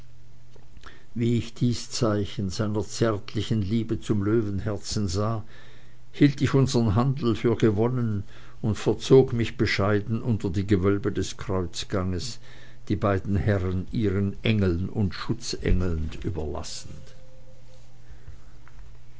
wie ich dies zeichen seiner zärtlichen liebe zum löwenherzen sah hielt ich unsern handel für gewonnen und verzog mich bescheiden unter die gewölbe des kreuzganges die beiden herren ihren engeln und schutzheiligen überlassend